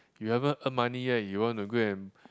you haven't earn money yet you want to go and